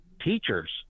teachers